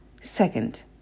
Second